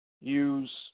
use